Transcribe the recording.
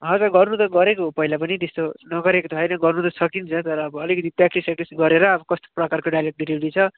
हजुर गर्नु त गरेको हो पहिला पनि त्यस्तो नगरेको त होइन गर्नु त सकिन्छ तर अब अलिकति प्राक्टिस स्याक्टिस गरेर अब कस्तो प्रकारको डायलग डेलिभरी छ